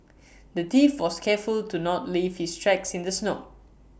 the thief was careful to not leave his tracks in the snow